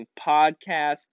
podcasts